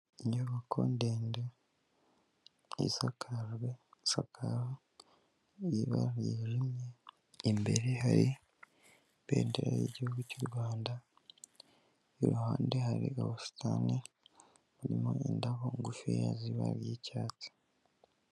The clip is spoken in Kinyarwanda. inyubako ndende sakajwe isakaro y'ibara ryijimye; imbere hari ibendera y'igihugu cy'u rwanda; iruhande hari ubusitani burimo indabo ngufi z'ibara ry'icyatsi.